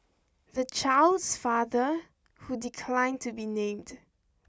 the child's father who declined to be named